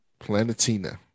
Planetina